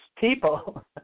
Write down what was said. people